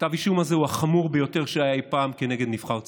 כתב האישום הזה הוא החמור ביותר שהיה אי פעם כנגד נבחר ציבור.